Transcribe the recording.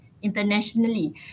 internationally